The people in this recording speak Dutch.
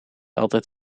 altijd